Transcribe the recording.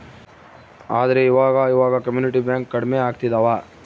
ಆದ್ರೆ ಈವಾಗ ಇವಾಗ ಕಮ್ಯುನಿಟಿ ಬ್ಯಾಂಕ್ ಕಡ್ಮೆ ಆಗ್ತಿದವ